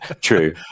true